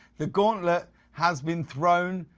the gauntlet has been thrown,